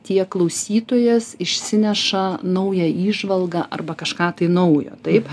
tiek klausytojas išsineša naują įžvalgą arba kažką tai naujo taip